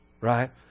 Right